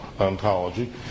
ontology